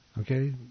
okay